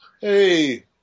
Hey